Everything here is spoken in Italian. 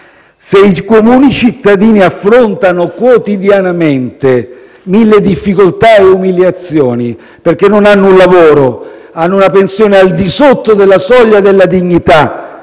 Se i comuni cittadini affrontano quotidianamente mille difficoltà e umiliazioni perché non hanno un lavoro, hanno una pensione al di sotto della soglia della dignità,